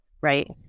Right